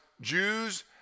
Jews